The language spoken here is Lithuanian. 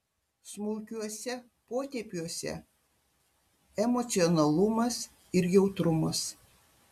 smulkiuose potėpiuose emocionalumas ir jautrumas